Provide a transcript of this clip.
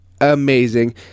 Amazing